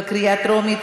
בקריאה טרומית.